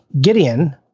Gideon